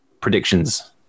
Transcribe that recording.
Predictions